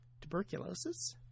tuberculosis